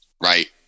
Right